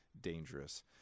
dangerous